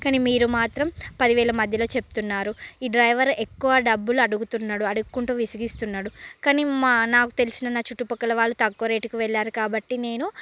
కానీ మీరు మాత్రం పదివేల మధ్యలో చెప్తున్నారు ఈ డ్రైవర్ ఎక్కువ డబ్బులు అడుగుతున్నాడు అడుక్కుంటూ విసిగిస్తున్నాడు కానీ మా నాకు తెలిసిన నా చుట్టూ పక్కల వాళ్ళు తక్కువ రేటుకు వెళ్ళారు కాబట్టి నేను